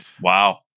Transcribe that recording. Wow